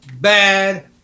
bad